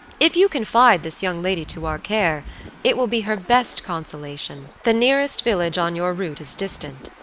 if you confide this young lady to our care it will be her best consolation. the nearest village on your route is distant,